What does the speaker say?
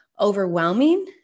overwhelming